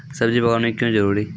सब्जी बागवानी क्यो जरूरी?